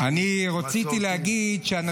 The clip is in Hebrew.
מסורתיים,